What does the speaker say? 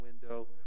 window